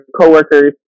coworkers